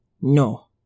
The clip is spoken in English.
No